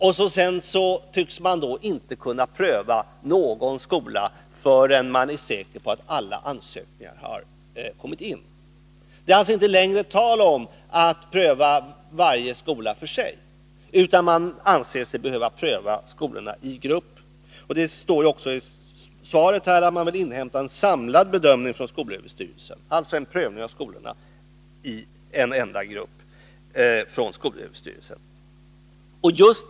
Vidare tycks man inte kunna pröva någon skolas ansökan förrän man är säker på att alla ansökningar har kommit in. Det är alltså inte längre tal om att pröva varje skola för sig, utan man anser sig behöva pröva skolorna i grupp. Det står ju i svaret att man vill ”inhämta en samlad bedömning från skolöverstyrelsen”. Det handlar alltså om en prövning från skolöverstyrelsens sida av skolorna i en enda grupp.